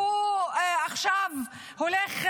והוא הולך,